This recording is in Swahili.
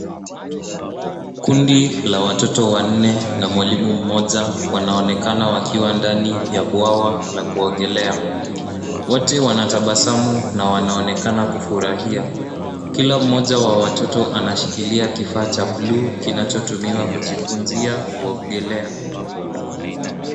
Kundi la watoto wanne na mwalimu mmoja wanaonekana wakiwa ndani ya bwawa la kuogelea. Wote wana tabasamu na wanaonekana kufurahia. Kila mmoja wa watoto anashikilia kifaa cha bluu kinachotumiwa kujifunzia kuogelea.